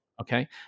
Okay